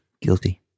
guilty